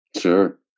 Sure